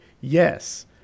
yes